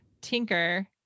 Tinker